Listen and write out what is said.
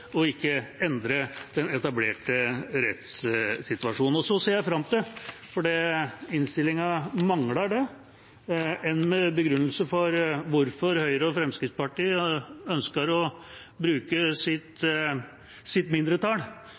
ikke å endre, den etablerte rettssituasjonen. Så ser jeg fram til – for innstillinga mangler det – en begrunnelse for hvorfor Høyre og Fremskrittspartiet ønsker å bruke sitt mindretall